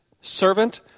servant